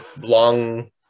long